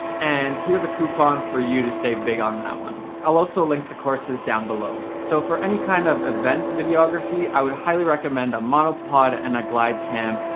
and here's a coupon for you to save big on that one. i'll also link the courses down below. so for any kind of event videography, i would highly recommend a monopod and a glidecam,